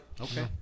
Okay